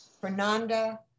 Fernanda